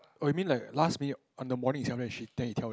oh you mean like last minute on the morning itself then she then you tell them